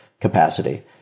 capacity